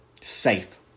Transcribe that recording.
Safe